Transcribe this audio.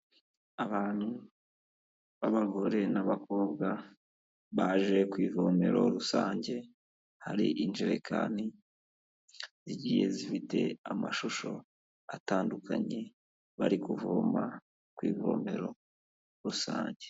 Abantu b'abagore n'abakobwa baje ku ivomero rusange, hari injerekani zigiye zifite amashusho atandukanye, bari kuvoma ku ivomero rusange.